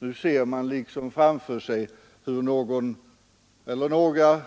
Nu ser man liksom framför sig hur någon eller några